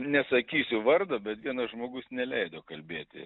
nesakysiu vardo bet vienas žmogus neleido kalbėti